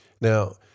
Now